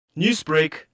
Newsbreak